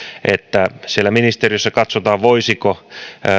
että siellä ministeriössä katsotaan voisiko